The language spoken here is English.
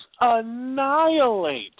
annihilate